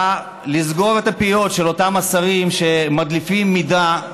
באה לסגור את הפיות של אותם השרים שמדליפים מידע,